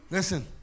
Listen